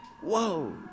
whoa